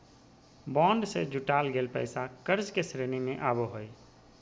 bond से जुटाल गेल पैसा कर्ज के श्रेणी में आवो हइ